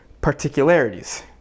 particularities